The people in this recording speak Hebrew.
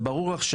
זה ברור לך,